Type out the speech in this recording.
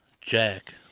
Jack